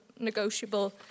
Negotiable